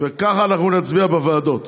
וככה אנחנו נצביע בוועדות.